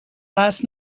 last